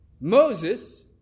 Moses